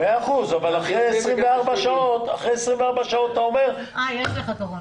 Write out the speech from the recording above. בסדר אבל אחרי 24 שעות אתה אומר לו.